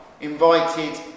invited